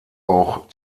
auch